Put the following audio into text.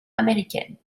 américaines